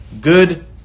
good